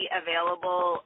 available